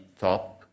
top